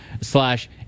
slash